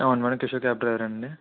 అవును madam Kishore cab డ్రైవరేనండి